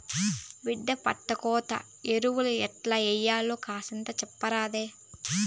బిడ్డా పంటకోత ఇవరాలు ఎట్టా ఇయ్యాల్నో కూసింత సెప్పరాదే